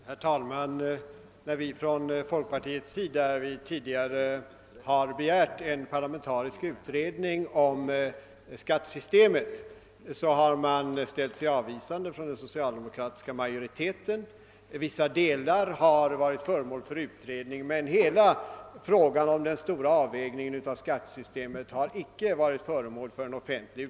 Herr talman! När representanter för folkpartiet tidigare har begärt en parlamentarisk utrednig om skattesystemet har den socialdemokratiska majoriteten ställt sig avvisande — vissa delar av det har varit föremål för utredning, men hela den stora frågan om avvägningen av skattesystemet har inte utretts offentligt.